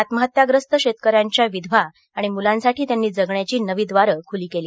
आत्महत्याग्रस्त शेतकऱ्यांच्या विधवा आणि मुलांसाठी त्यांनी जगण्याची नवी द्वारे खुली केली